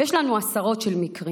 יש לנו עשרות מקרים.